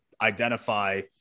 identify